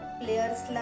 players